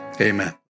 amen